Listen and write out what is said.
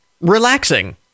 relaxing